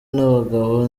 n’abagabo